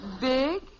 Big